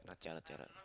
jialat jialat